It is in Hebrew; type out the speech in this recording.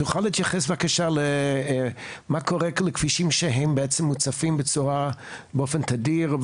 תוכל להתייחס בבקשה מה קורה לכבישים שהם בעצם מוצפים באופן תדיר?